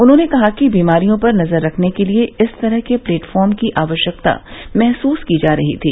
उन्होंने कहा कि बीमारियों पर नजर रखने के लिए इस तरह के प्लेटफार्म की आवश्यकता महसूस की जा रही थी